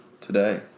today